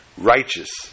righteous